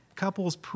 Couples